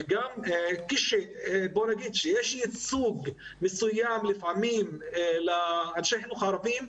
וגם כשיש ייצוג מסוים לפעמים לאנשי החינוך הערבים,